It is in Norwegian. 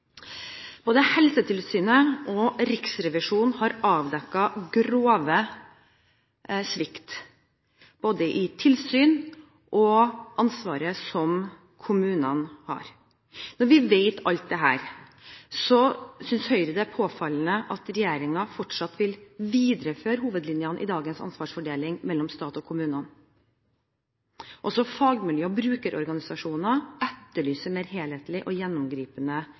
Både Helsetilsynet og Riksrevisjonen har avdekket grov svikt i tilsyn og ansvar som kommunene har. Når vi vet alt dette, synes Høyre det er påfallende at regjeringen fortsatt vil videreføre hovedlinjene i dagens ansvarsfordeling mellom stat og kommunene. Også fagmiljøer og brukerorganisasjoner etterlyser mer helhetlige og gjennomgripende